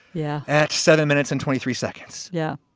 yeah. at seven minutes and twenty three seconds yeah.